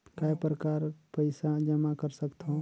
काय प्रकार पईसा जमा कर सकथव?